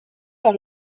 par